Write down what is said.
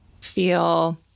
feel